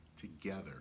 together